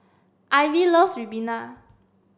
Ivy loves Ribena